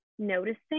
Noticing